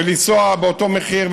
ולנסוע באותו מחיר,